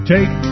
Take